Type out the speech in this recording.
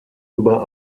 über